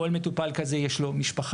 לכל מטופל כזה יש משפחה,